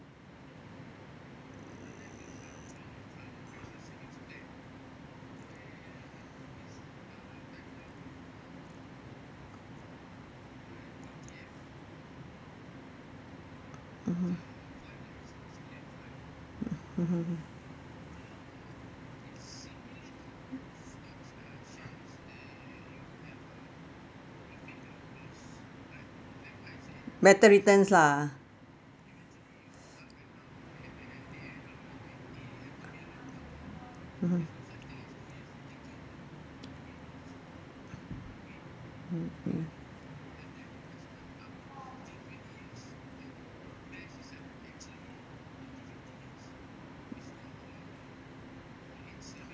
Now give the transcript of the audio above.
mmhmm hmm mmhmm better returns lah mmhmm mmhmm